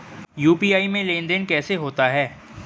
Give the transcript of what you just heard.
UPI में लेनदेन कैसे होता है?